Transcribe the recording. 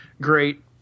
great